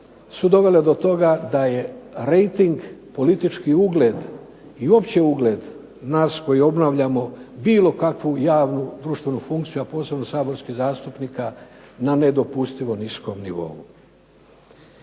su dovele do toga da je rejting politički ugled i opći ugled nas koji obnavljamo bilo kakvu javnu društvenu funkciju, a posebno saborskih zastupnika na nedopustivo niskom nivou.